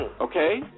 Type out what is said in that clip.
Okay